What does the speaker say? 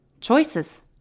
Choices